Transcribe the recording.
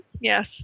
Yes